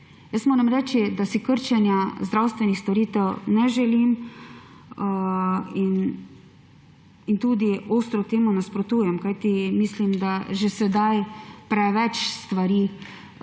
Moram reči, da si krčenja zdravstvenih storitev ne želim in tudi ostro temu nasprotujem, kajti mislim, da že sedaj preveč stvari